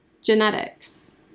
Genetics